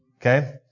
Okay